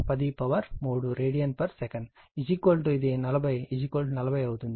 5 103 radian second వాస్తవానికి ఇది 40 40 అవుతుంది